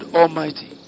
almighty